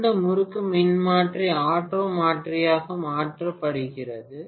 இரண்டு முறுக்கு மின்மாற்றி ஆட்டோ மின்மாற்றியாக மாற்றப்படுகிறது